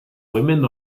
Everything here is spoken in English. women